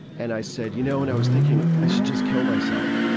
and i said, you know, and i was thinking, i should just kill myself.